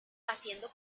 haciendo